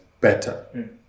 better